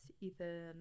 Ethan